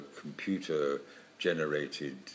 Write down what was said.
computer-generated